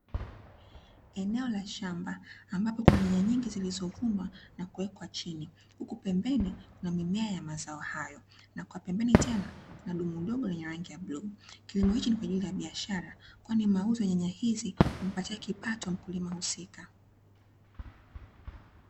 Eneo la shamba ambapo kuna nyanya nyingi zilizovunwa na kuwekwa chini. Huku pembeni kuna mimea ya mazao hayo na kwa pembeni tena kuna dumu dogo lenye rangi ya bluu. Kilimo hichi ni kwa ajili ya biashara kwani mauzo ya nyanya hizi humpatia kipato mkulima husika.